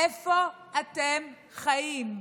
איפה אתם חיים?